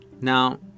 Now